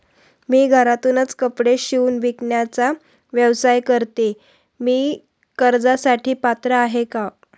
मी घरातूनच कपडे शिवून विकण्याचा व्यवसाय करते, मी कर्जासाठी पात्र आहे का?